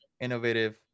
innovative